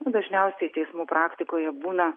nu dažniausiai teismų praktikoje būna